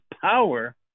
power